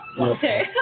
Okay